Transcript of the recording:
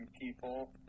people